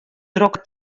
drokke